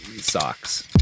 socks